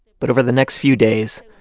but over the next few days,